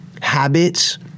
habits